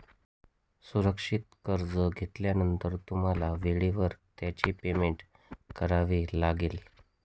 सुरक्षित कर्ज घेतल्यानंतर तुम्हाला वेळेवरच त्याचे पेमेंट करावे लागेल